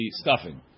stuffing